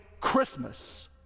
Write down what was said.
Christmas